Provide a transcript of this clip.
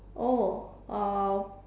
oh um